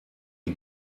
die